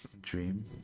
Dream